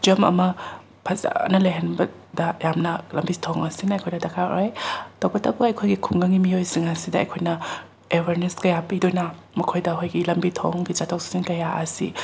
ꯖꯝ ꯑꯃ ꯐꯖꯅ ꯂꯩꯍꯟꯕꯗ ꯌꯥꯝꯅ ꯂꯝꯕꯤ ꯊꯣꯡ ꯑꯁꯤꯅ ꯑꯩꯈꯣꯏꯗ ꯗꯔꯀꯥꯔ ꯑꯣꯏ ꯇꯧꯕꯇꯕꯨ ꯑꯩꯈꯣꯏꯒꯤ ꯈꯨꯡꯒꯪꯒꯤ ꯃꯤꯑꯣꯏꯁꯤꯡ ꯑꯁꯤꯗ ꯑꯩꯈꯣꯏꯅ ꯑꯦꯋꯥꯔꯅꯦꯁ ꯀꯌꯥ ꯄꯤꯗꯨꯅ ꯃꯈꯣꯏꯗ ꯑꯩꯈꯣꯏꯒꯤ ꯂꯝꯕꯤ ꯊꯣꯡꯒꯤ ꯆꯠꯊꯣꯛ ꯆꯠꯁꯤꯟ ꯀꯌꯥ ꯑꯁꯤ